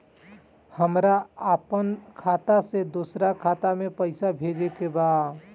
हमरा आपन खाता से दोसरा खाता में पइसा भेजे के बा